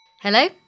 Hello